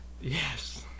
yes